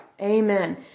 Amen